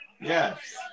Yes